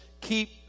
keep